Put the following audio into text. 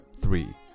three